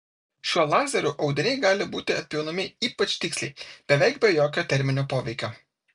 šiuo lazeriu audiniai gali būti atpjaunami ypač tiksliai beveik be jokio terminio poveikio